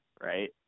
right